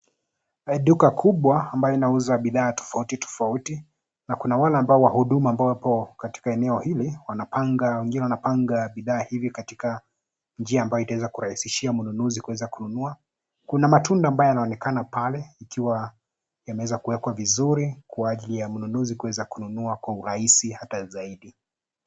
Duka kubwa ambayo linauza bidhaa tofauti tofauti na kuna wale wahudumu ambao wako katika eneo hili wanpanga bidhaa hivi katika njia ambayo itaweza kurahisishia mnunuzi kuweza kununua. Kuna matunda ambayo yanaonekana pale yakiwa wameweza kuwekwa vizuri kwa ajili ya mnunuzi kuweza kununua kwa ufanisi hata zaidi.